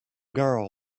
girl